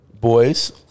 boys